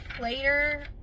later